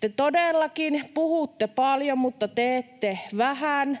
Te todellakin puhutte paljon mutta teette vähän.